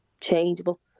changeable